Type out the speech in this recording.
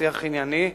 שיח ענייני,